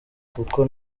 kuko